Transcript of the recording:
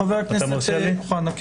חבר הכנסת אוחנה.